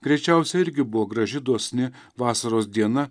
greičiausiai irgi buvo graži dosni vasaros diena